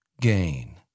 gain